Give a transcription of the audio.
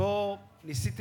שבו ניסיתי